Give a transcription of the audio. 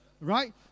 right